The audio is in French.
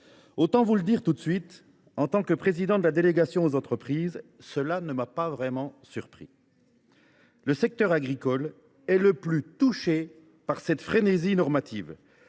Autant vous le dire d’emblée : en tant que président de la délégation sénatoriale aux entreprises, cela ne m’a pas réellement surpris ! Le secteur agricole est le plus touché par cette frénésie normative,